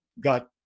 got